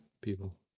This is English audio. people